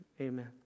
amen